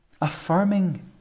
Affirming